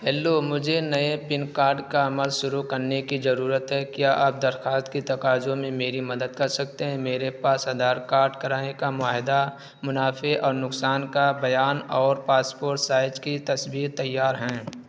hello مجھے نئے PAN card کا عمل شروع کرنے کی ضرورت ہے کیا آپ درخواست کی تقاضوں میں میری مدد کر سکتے ہیں میرے پاس آدھار کارٹ کرائے کا معاہدہ منافع اور نقصان کا بیان اور پاسپورٹ سائج کی تصویر تیار ہیں